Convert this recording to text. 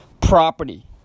property